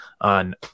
on